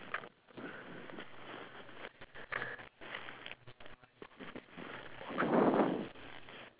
oh my god we ordered another one oh look another one is coming oh another one another one we were like oh gosh